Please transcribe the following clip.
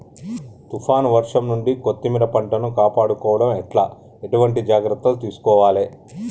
తుఫాన్ వర్షం నుండి కొత్తిమీర పంటను కాపాడుకోవడం ఎట్ల ఎటువంటి జాగ్రత్తలు తీసుకోవాలే?